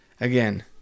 again